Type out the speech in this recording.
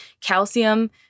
calcium